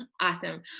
Awesome